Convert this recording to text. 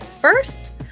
first